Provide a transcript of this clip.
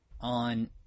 on